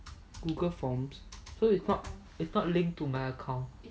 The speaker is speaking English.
google forms so it's not it's not linked to my account